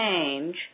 change